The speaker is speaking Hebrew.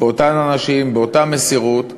באותם אנשים, באותה מסירות.